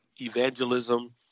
evangelism